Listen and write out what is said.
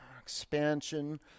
expansion